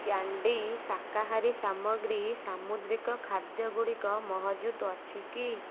candy ଶାକାହାରୀ ସାମଗ୍ରୀ ସାମୁଦ୍ରିକ ଖାଦ୍ୟ ଗୁଡ଼ିକ ମହଜୁଦ ଅଛି କି